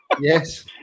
Yes